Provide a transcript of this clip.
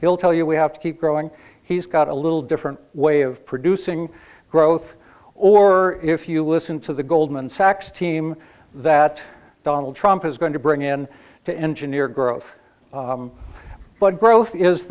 will tell you we have to keep growing he's got a little different way of producing growth or if you listen to the goldman sachs team that donald trump is going to bring in to engineer growth but growth is